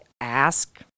ask